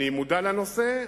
אני מודע לנושא,